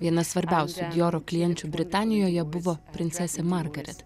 viena svarbiausių dijoro klienčių britanijoje buvo princesė margaret